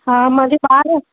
हा मुंहिंजे ॿार